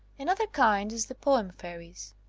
another kind is the poem fairies.